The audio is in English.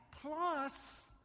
plus